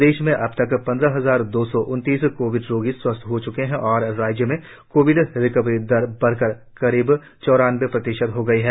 प्रदेश में अबतक पंद्रह हजार दो सौ उनतीस कोविड रोगी स्वस्थ हो चुके हैं और राज्य में कोविड रिकवरी दर बढ़कर करीब चौरानबे प्रतिशत हो गई है